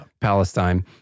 Palestine